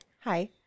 Hi